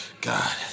God